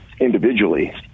individually